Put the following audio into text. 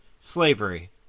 slavery